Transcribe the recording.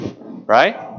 right